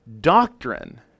doctrine